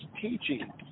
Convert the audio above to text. teaching